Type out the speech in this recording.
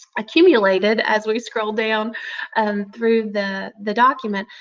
accumulated as we scrolled down um through the the document,